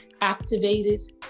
activated